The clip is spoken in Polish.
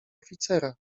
oficera